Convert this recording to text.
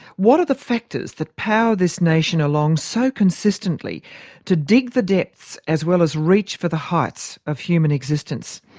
what are the factors that power this nation along so consistently to dig the depths as well as reach for the heights of human existence?